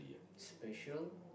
special